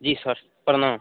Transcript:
जी sir प्रणाम